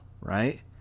right